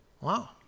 Wow